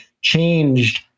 changed